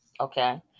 Okay